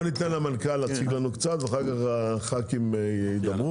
בוא ניתן למנכ"ל להציג לנו קצת ואחר כך הח"כים ידברו.